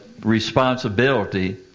responsibility